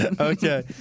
Okay